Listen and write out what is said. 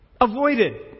avoided